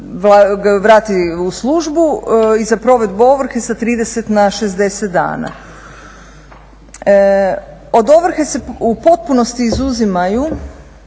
vrati u službu i za provedbu ovrhe sa 30 na 60 dana. Od ovrhe se u potpunosti izuzimaju